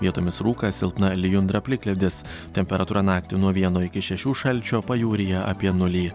vietomis rūkas silpna lijundra plikledis temperatūra naktį nuo vieno iki šešių šalčio pajūryje apie nulį